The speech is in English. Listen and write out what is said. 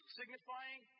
signifying